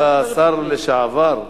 כבוד השר לשעבר,